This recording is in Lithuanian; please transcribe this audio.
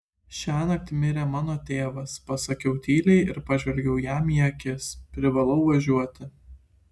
šiąnakt mirė mano tėvas pasakiau tyliai ir pažvelgiau jam į akis privalau važiuoti